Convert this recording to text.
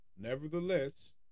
nevertheless